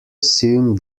assume